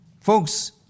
Folks